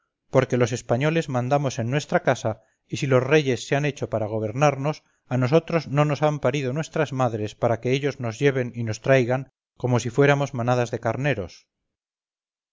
porque los españoles mandamos en nuestra casa y si los reyes se han hecho para gobernarnos a nosotros no nos han parido nuestras madres para que ellos nos lleven y nos traigan como si fuéramos manadas de carneros